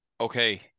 Okay